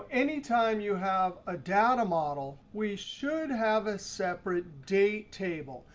anytime you have a data model, we should have a separate date table.